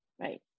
right